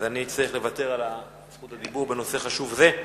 אז אצטרך לוותר על רשות הדיבור בנושא חשוב זה.